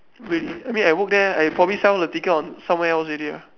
really I mean I work there I probably sell the ticket on somewhere else already lah